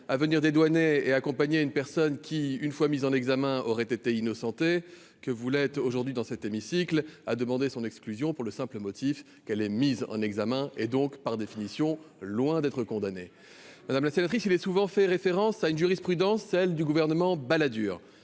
à venir dédouaner et accompagné à une personne qui, une fois mises en examen, auraient été innocenté que vous l'êtes aujourd'hui dans cet hémicycle, a demandé son exclusion pour le simple motif qu'elle est mise en examen et donc, par définition, loin d'être condamné, madame la sénatrice, il est souvent fait référence à une jurisprudence, celle du gouvernement Balladur